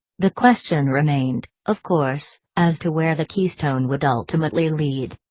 the question remained, of course, as to where the keystone would ultimately lead.